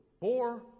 four